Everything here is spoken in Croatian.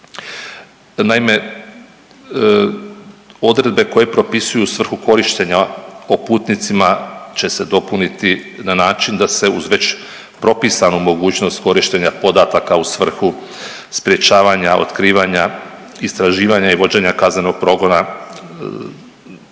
Naime, odredbe koje propisuju svrhu korištenja o putnicima će se dopuniti na način da se uz već propisani mogućnost korištenja podataka u svrhu sprječavanja, otkrivanja, istraživanja i vođenja kaznenog progona